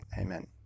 Amen